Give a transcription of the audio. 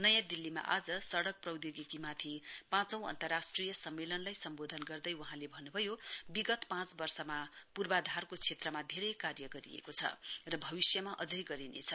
नयाँ दिल्लीमा आज सड़क प्रौधोगिकीमाथि पाँचौ अन्तराष्ट्रिय सम्मेलनलाई सम्वोधन गर्दै वहाँले भन्नुभयो विगत पाँच वर्षमा पूर्वाधारको क्षेत्रमा धेरै कार्य गरिएको छ र भविष्यमा अझै गरिनेछ